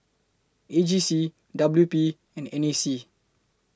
A G C W P and N A C